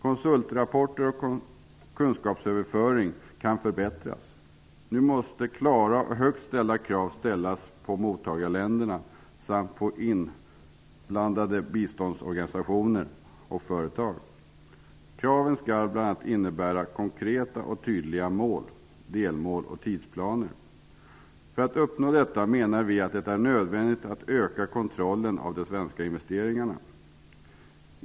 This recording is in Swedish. Konsultrapporter och kunskapsöverföring kan förbättras. Nu måste klara och höga krav ställas på mottagarländerna samt på inblandade biståndsorganisationer och företag. Kraven skall bl.a. innebära konkreta och tydliga mål, delmål och tidsplaner. För att uppnå detta menar vi att det är nödvändigt att öka kontrollen av de svenska investeringarna.